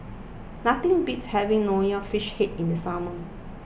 nothing beats having Nonya Fish Head in the summer